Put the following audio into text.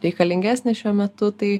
reikalingesnė šiuo metu tai